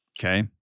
Okay